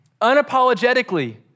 unapologetically